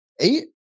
eight